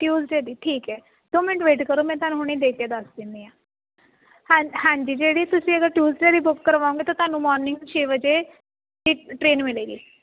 Tuesday ਦੀ ਠੀਕ ਹੈ ਦੋ ਮਿੰਟ ਵੇਟ ਕਰੋ ਮੈਂ ਤੁਹਾਨੂੰ ਹੁਣੀ ਦੇਖ ਕੇ ਦੱਸ ਦਿੰਦੀ ਹਾਂ ਹਾਂ ਹਾਂਜੀ ਜਿਹੜੀ ਤੁਸੀਂ ਅਗਰ ਟਿਊਸਡੇ ਦੀ ਬੁੱਕ ਕਰਵਾਉਗੇ ਤਾਂ ਤੁਹਾਨੂੰ ਮੋਰਨਿੰਗ ਛੇ ਵਜੇ ਠੀਕ ਟਰੇਨ ਮਿਲੇਗੀ